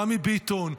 גם מביטון,